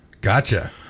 gotcha